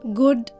good